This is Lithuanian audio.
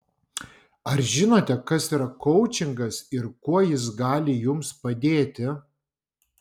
ar žinote kas yra koučingas ir kuo jis gali jums padėti